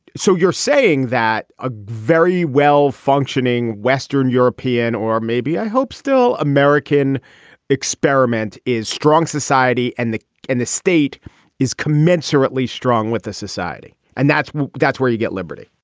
so you're saying that a very well functioning western european or maybe i hope still american experiment is strong society and the and the state is commensurately strong with the society. and that's that's where you get liberty.